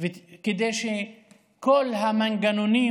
וכדי שכל המנגנונים,